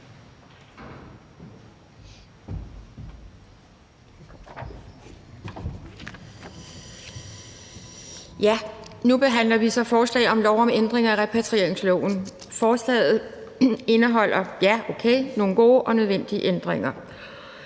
Nu behandler vi så forslag til lov om ændring af repatrieringsloven. Forslaget indeholder, ja, okay, nogle gode og nødvendige ændringer,